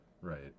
right